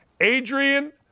Adrian